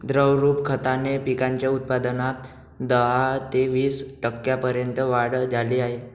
द्रवरूप खताने पिकांच्या उत्पादनात दहा ते वीस टक्क्यांपर्यंत वाढ झाली आहे